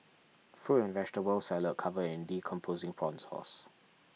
fruit and vegetable salad covered in decomposing prawn sauce